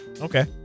Okay